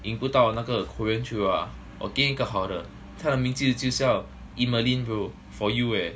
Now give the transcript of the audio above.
赢不到那个 carene choo ah 我给你一个好的她的名字就叫 emerlyn bro for you eh